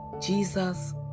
Jesus